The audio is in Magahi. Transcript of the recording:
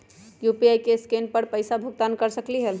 यू.पी.आई से स्केन कर पईसा भुगतान कर सकलीहल?